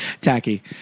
Tacky